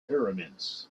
pyramids